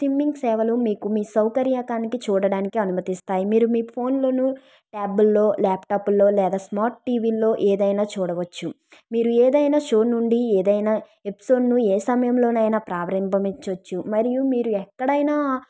streaming సేవలు మీకు మీరు సౌకర్యకానికి చూడడానికి అనుమతినిస్తాయి మీరు మీ ఫోన్లను ట్యాబ్ల్లో ల్యాప్టాప్ల్లో లేదా స్మార్ట్ టీవీల్లో ఏదైనా చూడవచ్చు మీరు ఏదైనా షో నుండి ఏదైనా ఎపిసోడ్ను ఏ సమయంలోనైనా ప్రారంభబింబవచ్చు మరియు మీరు ఎక్కడైనా